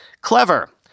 Clever